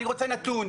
אני רוצה נתון,